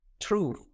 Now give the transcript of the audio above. true